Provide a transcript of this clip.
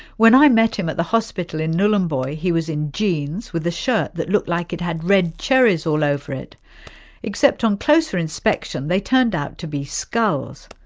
when i met him at the hospital in nhulunbuy he was in jeans with a shirt that looked like it had red cherries all over it except that on closer inspection they turned out to be skulls.